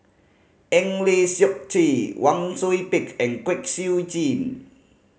Eng Lee Seok Chee Wang Sui Pick and Kwek Siew Jin